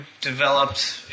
developed